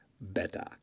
better